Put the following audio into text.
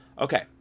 Okay